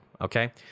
Okay